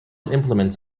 implements